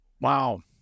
Wow